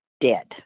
dead